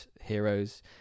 heroes